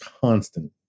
constant